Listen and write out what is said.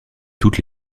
toutes